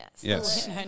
Yes